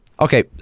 Okay